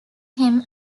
him